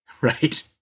Right